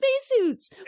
spacesuits